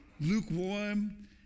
lukewarm